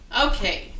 Okay